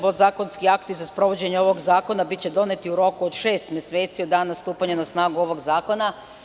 Podzakonski akti za sprovođenje ovog zakona biće doneti u roku od šest meseci od dana stupanja na snagu ovog zakona.